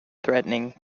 threatening